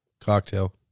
Cocktail